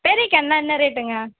பெரிய கேனெலாம் என்ன ரேட்டுங்க